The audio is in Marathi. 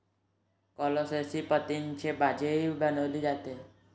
कोलोसेसी पतींची भाजीही बनवली जाते